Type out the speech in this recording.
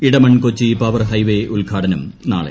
Edamon Kochi power highway ഉദ്ഘാടനം നാളെ